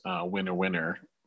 winner-winner